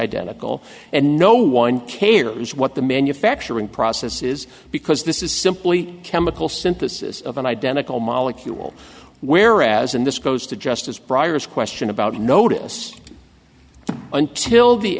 identical and no one cares what the manufacturing process is because this is simply chemical synthesis of an identical molecule whereas and this goes to just as briers question about notice until the